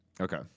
Okay